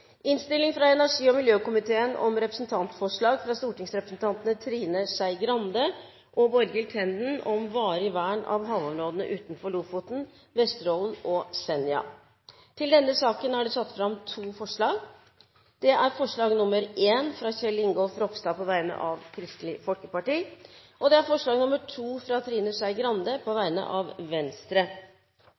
innstilling. I sakene nr. 4 og 5 foreligger det ikke noe voteringstema. Under debatten er det satt fram to forslag. Det er forslag nr. 1, fra Kjell Ingolf Ropstad på vegne av Kristelig Folkeparti forslag nr. 2, fra Trine Skei Grande på vegne av Venstre